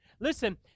listen